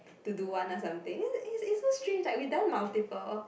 to do one or something eh eh it's so strange like we done multiple